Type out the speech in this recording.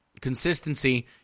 consistency